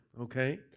Okay